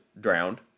drowned